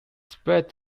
spread